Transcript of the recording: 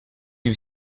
you